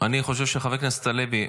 חבר הכנסת הלוי,